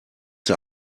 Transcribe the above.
der